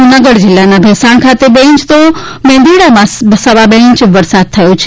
જૂનાગઢ જિલ્લાના ભેંસાણ ખાતે બે ઇંચ અને મેંદરડામાં સવા બે ઇંચ વરસાદ થયો છે